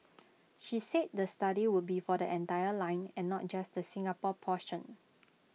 she said the study would be for the entire line and not just the Singapore portion